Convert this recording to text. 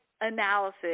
analysis